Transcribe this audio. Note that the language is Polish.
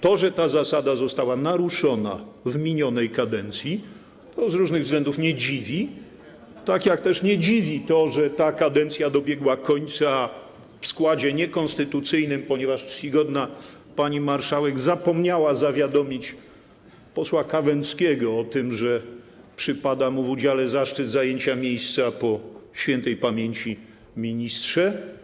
To, że ta zasada została naruszona w minionej kadencji, to z różnych względów nie dziwi, tak jak też nie dziwi to, że ta kadencja dobiegła końca w składzie niekonstytucyjnym, ponieważ czcigodna pani marszałek zapomniała zawiadomić posła Kawęckiego o tym, że przypada mu w udziale zaszczyt zajęcia miejsca po śp. ministrze.